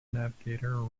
navigator